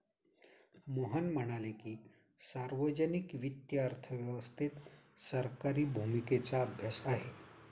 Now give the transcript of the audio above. मोहन म्हणाले की, सार्वजनिक वित्त अर्थव्यवस्थेत सरकारी भूमिकेचा अभ्यास आहे